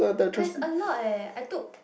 less a lot eh I took